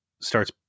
starts